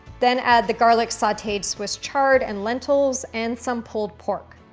then add the garlic sauteed swiss chard and lentils and some pulled pork.